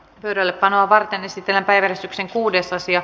pöydällepanoa varten esitellä päivystyksen kuudes osia